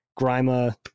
Grima